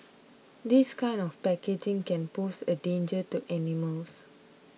this kind of packaging can pose a danger to animals